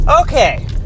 Okay